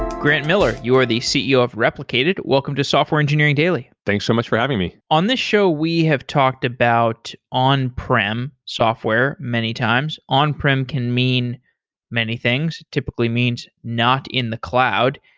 grant miller, you are the ceo of replicated. welcome to software engineering daily thanks so much for having me. on this show, we have talked about on-prem software many times. on-prem can mean many things. typically means not in the cloud,